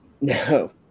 no